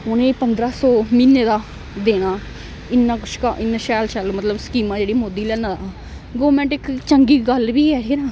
उनेंगी पंदरां सौ म्हीने दा देना इन्नान् शैल शैल मतल स्कीमां जेह् मोदी लैना गौरमेंट इक चंगी गल्ल बी ऐ हे ना